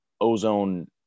ozone